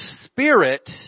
spirit